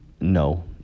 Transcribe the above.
no